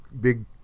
big